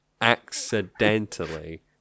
accidentally